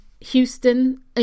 Houston